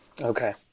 Okay